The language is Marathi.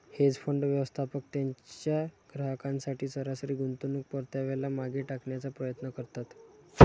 हेज फंड, व्यवस्थापक त्यांच्या ग्राहकांसाठी सरासरी गुंतवणूक परताव्याला मागे टाकण्याचा प्रयत्न करतात